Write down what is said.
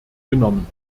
genommen